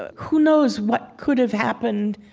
ah who knows what could've happened,